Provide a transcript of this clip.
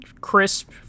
crisp